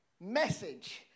message